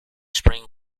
spring